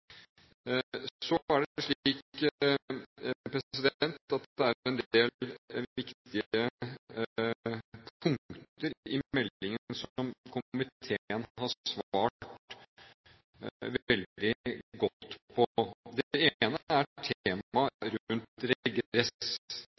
Så er det en del viktige punkter i meldingen som komiteen har svart veldig godt på. Det ene er